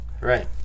Right